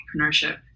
entrepreneurship